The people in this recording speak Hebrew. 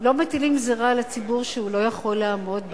לא מטילים על הציבור גזירה שהוא לא יכול לעמוד בה.